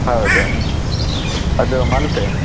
ಹೌದು ಅದು ಮಲ್ಪೆ